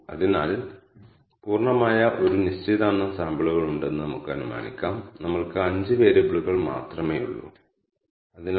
അതിനാൽ നിങ്ങൾ ഈ k ഒരു സംഖ്യയായി വ്യക്തമാക്കിയാൽ നമുക്ക് 3 ക്ലസ്റ്ററുകൾ എന്ന് പറയാം അത് ചെയ്യുന്നത് nstart ആണ്